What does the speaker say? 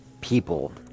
people